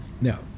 no